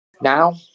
now